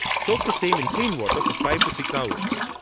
soak the same in clean water for five to six hours.